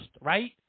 right